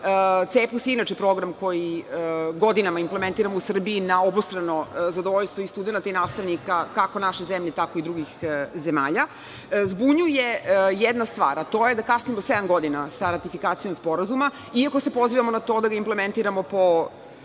III“ je inače program koji godinama implementiramo u Srbiji na obostrano zadovoljstvo i studenata i nastavnika, kako naše zemlje, tako i drugih zemalja. Zbunjuje jedna stvar, a to je da kasnimo sedam godina sa ratifikacijom sporazuma, iako se pozivamo na to da ga implementiramo po